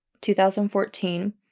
2014